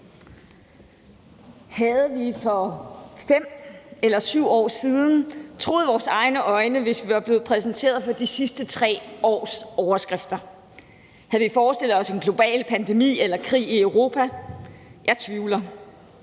Havde vi for 5 eller 7 år siden troet vores egne øjne, hvis vi var blevet præsenteret for de sidste 3 års overskrifter? Havde vi forestillet os en global pandemi eller krig i Europa? Jeg tvivler.